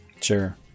Sure